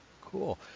Cool